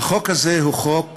החוק הזה הוא חוק רע.